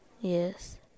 Yes